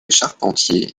charpentier